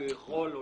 18,